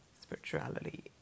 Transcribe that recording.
spirituality